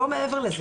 ולא מעבר לזה.